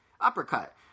uppercut